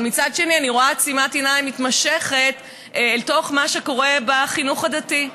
אבל מצד שני אני רואה עצימת עיניים מתמשכת אל מול מה שקורה בחינוך הדתי.